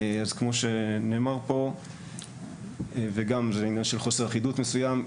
כמו שנאמר פה וגם זה עניין של חוסר אחידות מסוים,